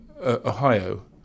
Ohio